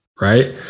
Right